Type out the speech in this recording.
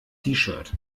shirt